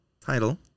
title